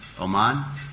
Oman